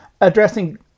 addressing